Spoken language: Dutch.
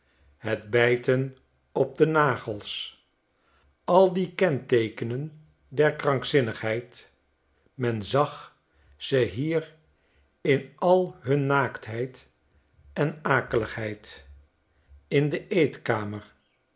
het bijten op de nagels al die kenteekenen der krankzinnigheid men zag ze hier in al hun naaktheid en akeligheid in de eetkamer